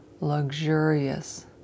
luxurious